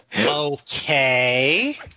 Okay